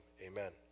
amen